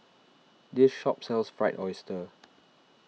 this shop sells Fried Oyster